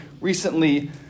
recently